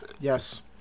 yes